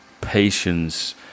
patience